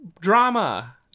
drama